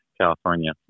California